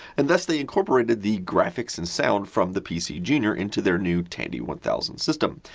and thus, they incorporated the graphics and sound from the pcjr into their new tandy one thousand system.